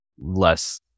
less